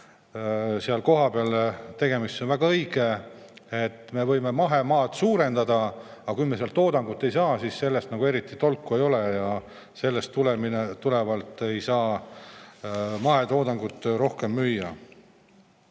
seal kohapeal tegemine. See on väga õige, et me võime mahemaad suurendada, aga kui me sealt toodangut ei saa, siis sellest eriti tolku ei ole ja sellest tulenevalt ei saa mahetoodangut rohkem müüa.